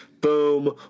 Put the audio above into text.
Boom